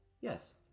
Yes